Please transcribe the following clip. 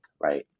right